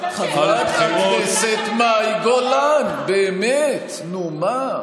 חברת הכנסת מאי גולן, באמת, נו, מה,